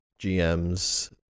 GMs